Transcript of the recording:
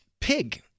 pig